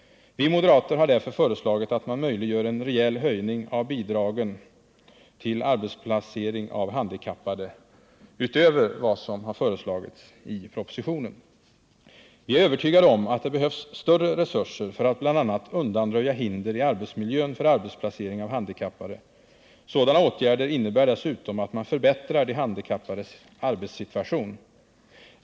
Vi moderater har därför föreslagit att man möjliggör en rejäl höjning av bidragen till arbetsplacering av handikappade utöver vad som har föreslagits i propositionen. Vi är övertygade om att det behövs större resurser för att bl.a. undanröja hinder i arbetsmiljön för arbetsplacering av handikappade. Sådana åtgärder innebär dessutom att man förbättrar de handikappades arbetssituation.